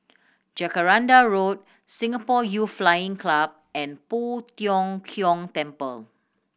Jacaranda Road Singapore Youth Flying Club and Poh Tiong Kiong Temple